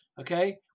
Okay